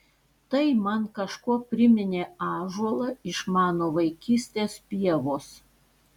tai man kažkuo priminė ąžuolą iš mano vaikystės pievos